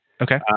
Okay